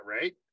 right